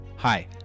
Hi